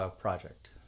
project